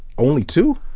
only two!